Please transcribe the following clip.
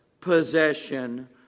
possession